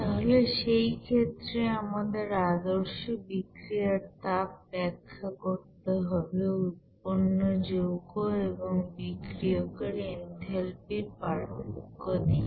তাহলে সেই ক্ষেত্রে আমাদের আদর্শ বিক্রিয়ার তাপ ব্যাখ্যা করতে হবে উৎপন্ন যৌগ এবং বিক্রিয়কের এনথালপির পার্থক্য দিয়ে